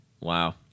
Wow